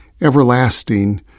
everlasting